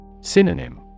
Synonym